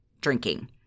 drinking